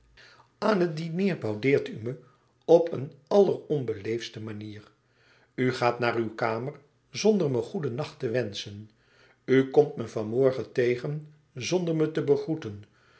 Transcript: aan het diner boudeert u me op een